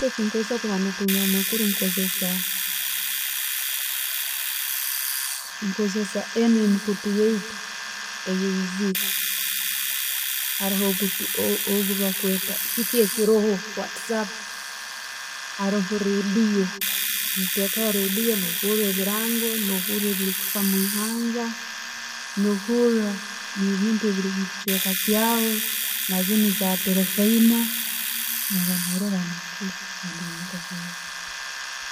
Ngombere kubaaza oruriimu rwange orutooro habwokuba ndi mutooro kandi bwenkaba nenzarwa, obuli nenzarwa, ne'manyire kimu ngu ebigambo byeba bandize kubaza rukaba rutooro, bagamba kyali doora akaana, doora nkokukasemere, mukazi, kandi naija kuba mukazi wamani, dora nayisana mama we. Ebigambo ebyo, oruliimi orukugendamu omu'myaka eyo'buto orwo nurro oruliimi no'kura kimu omaNyoowe kyenkozesa okutunga amakuuru, nkozesa eno emikuutu yaitu eyaizire, haroho kyebakwetta kiki ekiroho, WHATs APP, haroho radio. Nentekaho radio, no'hura ebilango, no'hura ebikufa omwihanga, no'huura ne'bintu ebikufa omukichweka kyaawe, nazino za telefiina no'ba no rora amakuru kandi no'gahura.